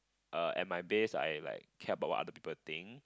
err and my base I like care about what other people think